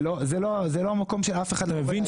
אתה מבין